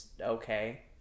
okay